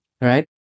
Right